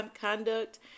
conduct